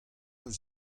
eus